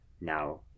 now